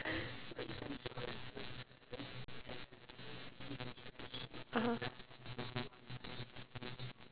(uh huh)